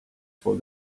for